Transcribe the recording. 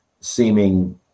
seeming